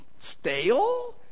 stale